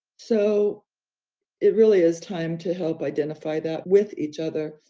so it really is time to help identify that with each other,